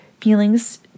feelings